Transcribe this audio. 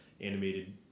animated